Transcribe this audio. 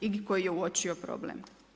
I koji je uočio problem.